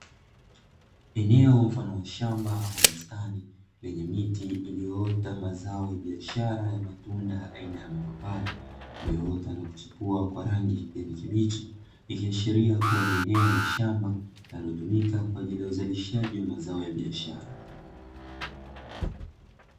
Eneo, mfano wa shamba ama bustani, lenye miti iliyoota mazao ya biashara ya matunda aina ya mapapai, iliyoota na kuchipua kwa rangi ya kijani kibichi, ikiashiria kuwa ni eneo la shamba, linalotumika kwa ajili ya uzalishaji wa mazao ya biashara.